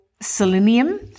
selenium